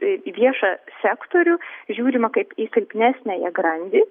į viešą sektorių žiūrima kaip į silpnesniąją grandį